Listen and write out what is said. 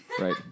right